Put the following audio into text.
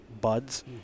buds